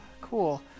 cool